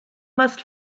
must